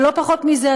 אבל לא פחות מזה,